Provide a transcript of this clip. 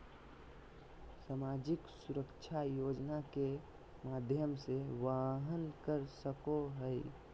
सामाजिक सुरक्षा योजना के माध्यम से वहन कर सको हइ